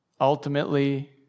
ultimately